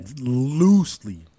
loosely